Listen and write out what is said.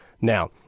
Now